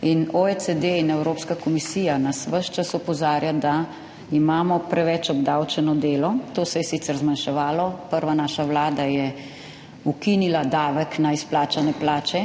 In OECD in Evropska komisija nas ves čas opozarja, da imamo preveč obdavčeno delo. To se je sicer zmanjševalo, prva naša vlada je ukinila davek na izplačane plače,